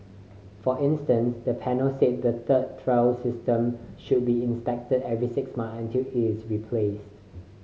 for instance the panel said the third rail system should be inspected every six months until it is replaced